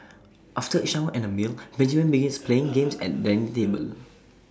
after A shower and A meal Benjamin begins playing games at dining table